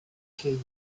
key